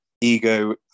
ego